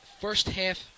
First-half